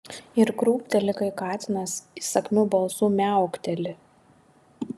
ir krūpteli kai katinas įsakmiu balsu miaukteli